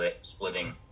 splitting